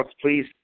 please